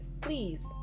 please